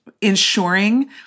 ensuring